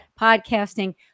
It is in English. podcasting